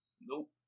Nope